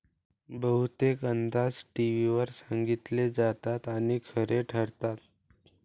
बहुतेक अंदाज टीव्हीवर सांगितले जातात आणि खरे ठरतात